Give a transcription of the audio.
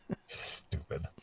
stupid